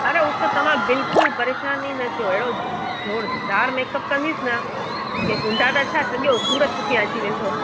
अड़े उहा त तव्हां बिल्कुलु परेशान ई न थियो अहिड़ो ज़ोरदारु मेकअप कंदीसि न की गुंडा त छा सॼो सूरत पुठियां अची वेंदो